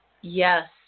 Yes